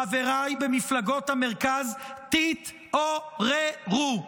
חבריי במפלגות המרכז, תתעוררו.